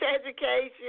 education